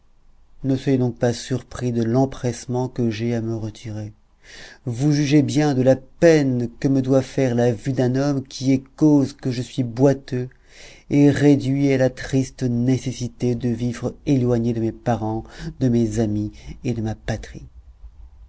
ne soyez donc pas surpris de l'empressement que j'ai à me retirer vous jugez bien de la peine que me doit faire la vue d'un homme qui est cause que je suis boiteux et réduit à la triste nécessité de vivre éloigné de mes parents de mes amis et de ma patrie